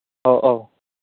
ꯑꯧ ꯑꯧ